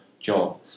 job